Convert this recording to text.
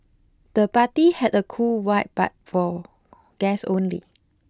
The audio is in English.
the party had a cool vibe but for guests only